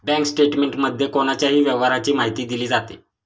bank स्टेटमेंटमध्ये कोणाच्याही व्यवहाराची माहिती दिली जाते